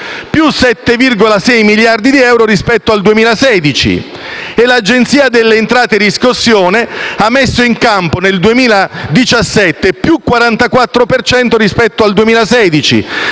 (+ 7,6 miliardi di euro rispetto al 2016) e l'Agenzia delle entrate-Riscossione ha messo in campo, nel 2017, un +44 per cento rispetto al 2016,